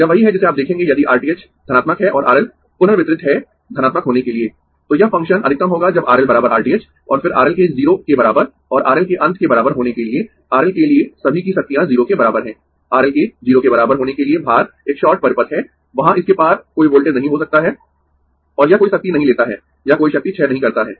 यह वही है जिसे आप देखेंगें यदि R th धनात्मक है और RL पुनर्वितरित है धनात्मक होने के लिए तो यह फंक्शन अधिकतम होगा जब RL R t h और फिर RL के 0 के बराबर और RL के अनंत के बराबर होने के लिए RL के लिए सभी की शक्तियां 0 के बराबर है RL के 0 के बराबर होने के लिए भार एक शॉर्ट परिपथ है वहाँ इसके पार कोई वोल्टेज नहीं हो सकता है और यह कोई शक्ति नहीं लेता है यह कोई शक्ति क्षय नहीं करता है